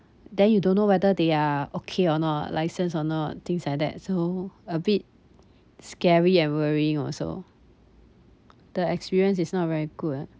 then you don't know whether they are okay or not licensed or not things like that so a bit scary and worrying also the experience is not very good ah